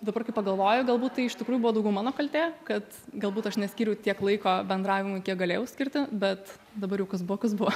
dabar kai pagalvoju galbūt tai iš tikrųjų buvo daugiau mano kaltė kad galbūt aš neskyriau tiek laiko bendravimui kiek galėjau skirti bet dabar jau kas buvo kas buvo